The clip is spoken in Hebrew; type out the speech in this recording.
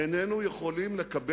איפה הוא חי?